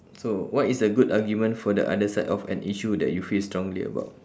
so what is a good argument for the other side of an issue that you feel strongly about